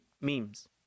memes